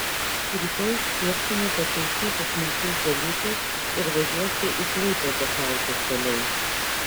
rytoj sieksime pataisyti smulkius dalykus ir važiuosi į klaipėdą kautis toliau